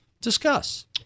discuss